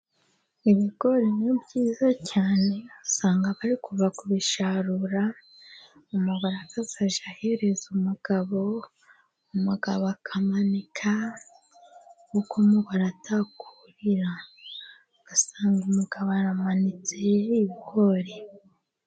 Ibigori ni byiza cyane usanga bari kuva kubisarura umugore akazajya ahereza umugabo, umugabo akamanika, kuko umugore atakurira, ugasanga umugabo aramanitse ibigori.